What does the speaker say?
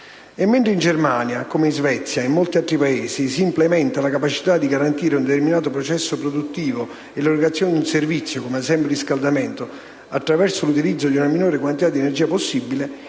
E mentre in Germania, come in Svezia e in molti altri Paesi, si implementa la capacità di garantire un determinato processo produttivo o l'erogazione di un servizio (ad esempio il riscaldamento) attraverso l'utilizzo della minor quantità di energia possibile,